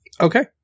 Okay